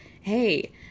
hey